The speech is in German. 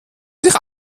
sich